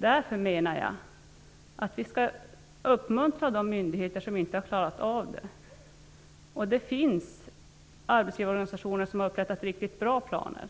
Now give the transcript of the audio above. Därför menar jag att vi skall uppmuntra de myndigheter som inte har klarat av detta. Det finns arbetsgivarorganisationer som har upprättat riktigt bra planer,